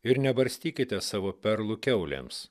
ir nebarstykite savo perlų kiaulėms